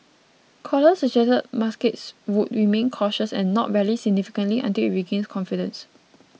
colas suggested markets would remain cautious and not rally significantly until it regains confidence